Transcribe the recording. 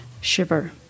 shiver